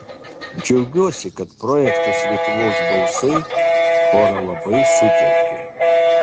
džiaugiuosi kad projektas lietuvos balsai chorą labai sutelkė